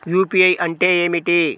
UPI అంటే ఏమిటీ?